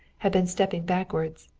had been stepping backward.